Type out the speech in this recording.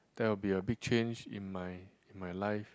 that will be a big change in my in my life